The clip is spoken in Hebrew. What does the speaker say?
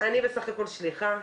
אני בסך הכול שליחה,